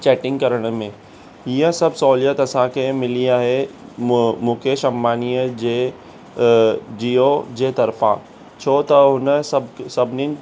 chatting करण में ईअं सभु सहूलियत असांखे मिली आहे मु मुकेश अंबानीअ जे जिओ जे तरफ़ां छो त हुन सभु सभनीनि